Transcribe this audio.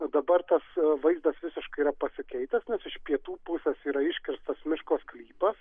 o dabar tos vaizdas visiškai yra pasikeitęs nes iš pietų pusės yra iškirstas miško sklypas